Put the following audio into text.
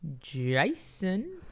Jason